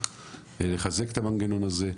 לחזק את המנגנון הזה,